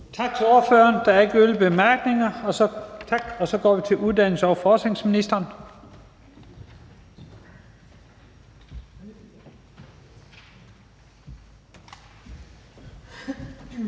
Tak til ordføreren. Der er ikke yderligere korte bemærkninger. Så går vi til uddannelses- og forskningsministeren.